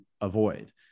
avoid